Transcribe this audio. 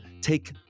take